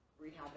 rehab